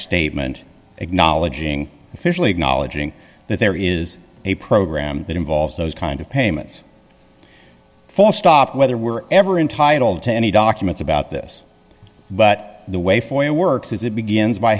statement acknowledging officially acknowledging that there is a program that involves those kind of payments for stop whether we're ever entitle to any documents about this but the way for it works is it begins by